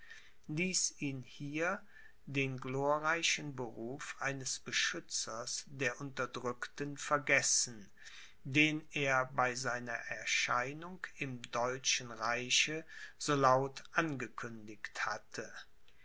ihn hier den glorreichen beruf eines beschützers der unterdrückten vergessen den er bei seiner erscheinung im deutschen reiche so laut angekündigt hatte